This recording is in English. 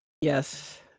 Yes